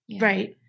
Right